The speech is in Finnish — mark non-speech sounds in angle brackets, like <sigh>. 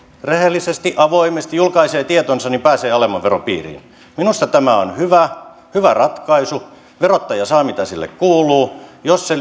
rehellisesti avoimesti julkaisee tietonsa niin pääsee alemman veron piiriin minusta tämä on hyvä hyvä ratkaisu verottaja saa mitä sille kuuluu jos se <unintelligible>